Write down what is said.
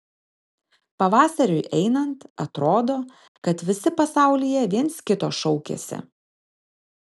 pavasariui einant atrodo kad visi pasaulyje viens kito šaukiasi